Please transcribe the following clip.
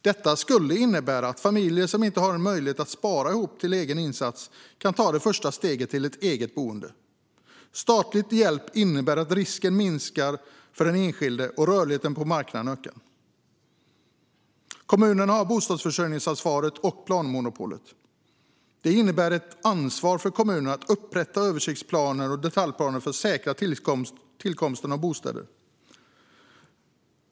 Detta skulle innebära att familjer som inte har en möjlighet att spara ihop till en egen insats kan ta det första steget till ett eget boende. Statlig hjälp innebär att risken minskar för den enskilde och rörligheten på marknaden ökar. Kommunerna har bostadsförsörjningsansvaret och planmonopolet. Det innebär ett ansvar för kommunerna att upprätta översiktsplaner och detaljplaner för att säkra tillkomsten av bostäder.